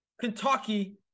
Kentucky